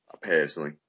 personally